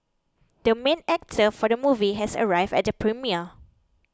the main actor for the movie has arrived at the premiere